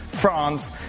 France